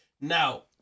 Now